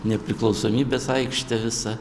nepriklausomybės aikštė visa